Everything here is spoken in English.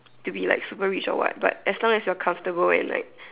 to be like super rich or what but as long as you are comfortable in like